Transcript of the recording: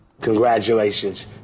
Congratulations